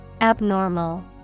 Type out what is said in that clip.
Abnormal